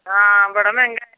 हां बड़ा मैंह्गा ऐ